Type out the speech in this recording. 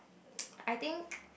I think